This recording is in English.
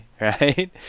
right